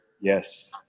Yes